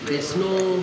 there's no